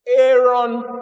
Aaron